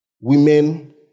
women